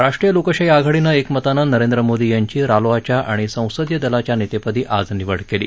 राष्ट्रीय लोकशाही आघाडीनं एकमतानं नरेंद्र मोदी यांची रालोआच्या आणि संसदीय दलाच्या नेतेपदी आज निवड केली